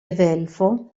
evelfo